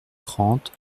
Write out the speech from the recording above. trente